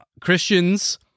Christians